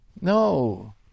no